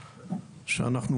שאנחנו,